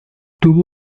tuvo